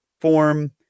form